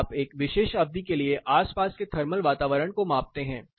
तो आप एक विशेष अवधि के लिए आसपास के थर्मल वातावरण को मापते हैं